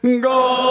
God